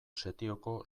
setioko